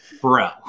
bro